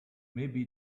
maybe